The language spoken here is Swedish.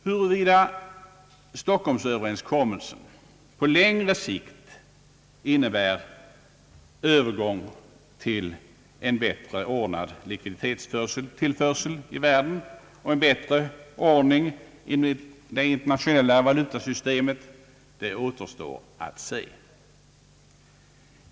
Huruvida stockholmsöverenskommelsen på längre sikt innebär Öövergång till en bättre ordnad likviditetstillförsel i världen och en bättre ordning i det internationella valutasystemet återstår att se.